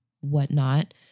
whatnot